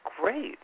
great